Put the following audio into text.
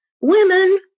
Women